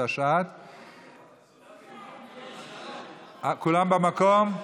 התשע"ט 2019. כולם במקום?